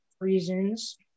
reasons